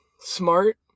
smart